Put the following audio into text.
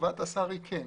תשובת השר היא כן.